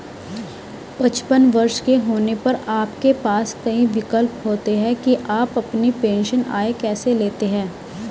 पचपन वर्ष के होने पर आपके पास कई विकल्प होते हैं कि आप अपनी पेंशन आय कैसे लेते हैं